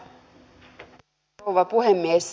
arvoisa rouva puhemies